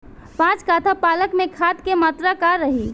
पाँच कट्ठा पालक में खाद के मात्रा का रही?